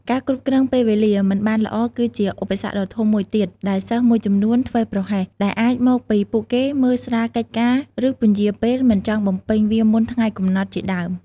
ការគ្រប់គ្រងពេលវេលាមិនបានល្អគឺជាឧបសគ្គដ៏ធំមួយទៀត ដែលសិស្សមួយចំនួនធ្វេសប្រហែលដែលអាចមកពីពួកគេមើលស្រាលកិច្ចការឫពន្យាពេលមិនចង់បំពេញវាមុនថ្ងៃកំណត់ជាដើម។